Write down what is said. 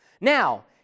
Now